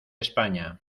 españa